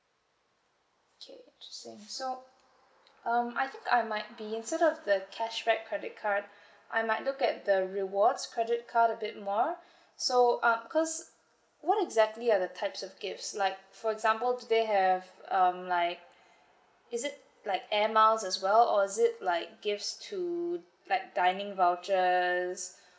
okay interesting so um I think I might be instead of the cashback credit card I might look at the rewards credit card a bit more so um because what exactly are the types of gifts like for example do they have um like is it like air miles as well or is it like gifts to like dining vouchers